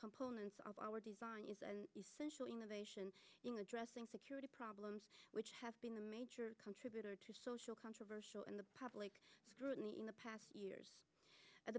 components of our design is essential innovation in addressing security problems which have been the major contributor to social controversial in the public scrutiny in the past years at the